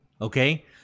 okay